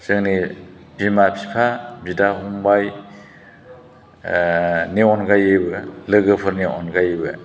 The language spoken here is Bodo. जोंनि बिमा बिफा बिदा फंबाइ नि अनगायैबो लोगोफोरनि अनगायैबो